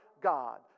God